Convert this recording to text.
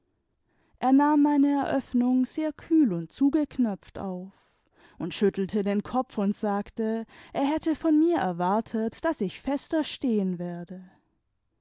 er nahm meine eröffnung sehr kühl imd zugeknöpft auf und schüttelte den kopf und sagte er hätte von mir erwartet daß ich fester stehen werde